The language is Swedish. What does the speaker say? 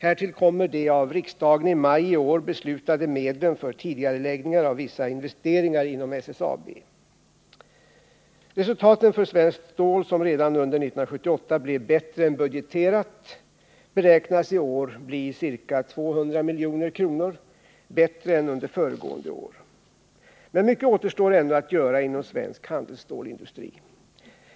Härtill kommer de av riksdagen i maj i år beslutade medlen för tidigareläggningar av vissa investeringar inom SSAB. Resultaten för Svenskt Stål, som redan under 1978 blev bättre än budgeterat, beräknas i år bli ca 200 milj.kr. bättre än under föregående år. Mycket återstår ännu att göra inom svensk handelsstålsindustri.